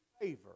favor